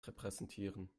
repräsentieren